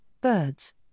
birds